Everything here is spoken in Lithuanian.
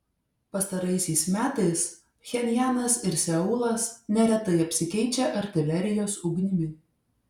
pastaraisiais metais pchenjanas ir seulas neretai apsikeičia artilerijos ugnimi